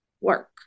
work